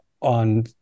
on